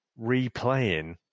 replaying